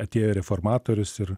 atėjo reformatorius ir